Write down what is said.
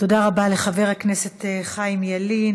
תודה רבה לחבר הכנסת חיים ילין.